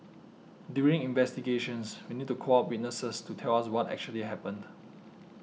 during investigations we need to call up witnesses to tell us what actually happened